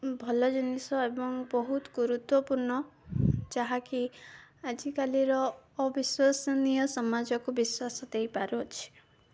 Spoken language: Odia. ଭଲ ଜିନିଷ ଏବଂ ବହୁତ ଗୁରୁତ୍ୱପୂର୍ଣ୍ଣ ଯାହାକି ଆଜିକାଲିର ଅବିଶ୍ୱାସନୀୟ ସମାଜକୁ ବିଶ୍ୱାସ ଦେଇପାରୁଅଛି